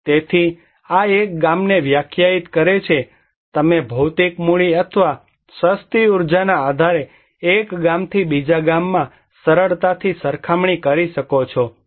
તેથી આ એક ગામને વ્યાખ્યાયિત કરે છે તમે ભૌતિક મૂડી અથવા સસ્તી ઉર્જાના આધારે એક ગામથી બીજા ગામમાં સરળતાથી સરખામણી કરી શકો છો